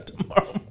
tomorrow